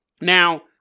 Now